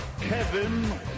Kevin